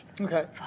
Okay